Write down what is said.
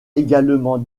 également